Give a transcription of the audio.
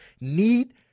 need